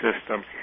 system